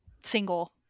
single